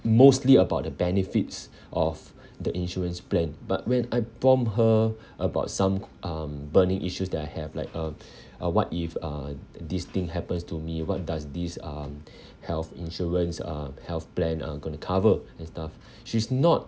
mostly about the benefits of the insurance plan but when I bomb her about some um burning issues that I have like um uh what if uh th~ this thing happens to me what does this um health insurance uh health plan uh gonna cover and stuff she's not